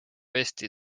eesti